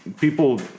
people